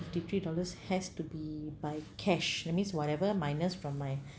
fifty three dollars has to be by cash that means whatever minus from my